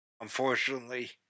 unfortunately